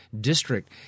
district